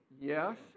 Yes